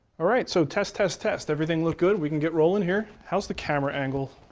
all right, so test, test, test. everything look good? we can get rolling here? how's the camera angle?